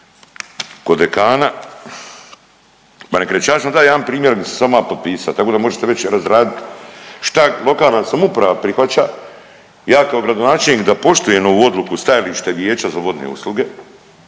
kod dekana, … jedan primjer di ću se samo ja potpisati tako da možete već razradit šta lokalna samouprava prihvaća, ja kao gradonačelnik da poštujem ovu odluku i stajalište Vijeća za vodne usluge